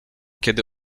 kiedy